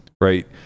right